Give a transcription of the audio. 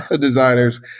designers